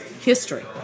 history